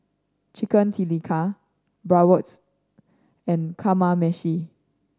Chicken Tikka Bratwurst and Kamameshi